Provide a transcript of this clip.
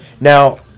now